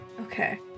Okay